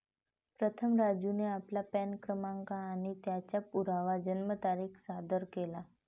प्रथम राजूने आपला पॅन क्रमांक आणि पत्त्याचा पुरावा जन्मतारीख सादर केला